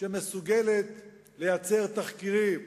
שמסוגלת לייצר תחקירים